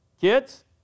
Kids